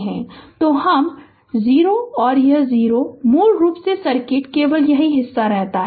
तो हम 0 तो यह 0 है मूल रूप से सर्किट केवल यही हिस्सा रहता है